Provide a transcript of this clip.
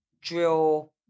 drill